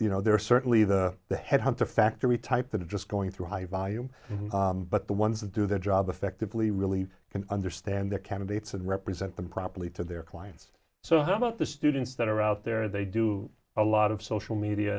you know they're certainly the the headhunter factory type that are just going through high volume but the ones that do the job effectively really can understand the candidates and represent them properly to their clients so how about the students that are out there they do a lot of social media